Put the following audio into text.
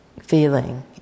feeling